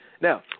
Now